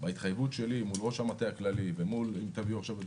בהתחייבות שלי מול ראש המטה הכללי ואם תביאו עכשיו את